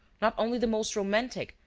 not only the most romantic,